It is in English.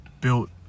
built